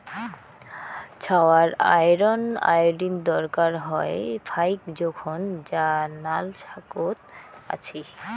ছাওয়ার iron, iodine দরকার হয় ফাইক জোখন যা নাল শাকত আছি